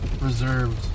reserved